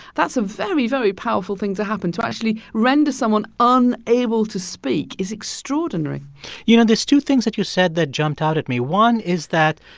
that's a very, very powerful thing to happen. to actually render someone um unable to speak is extraordinary you know, there's two things that you said that jumped out at me. one is that,